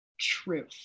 truth